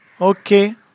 Okay